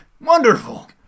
Wonderful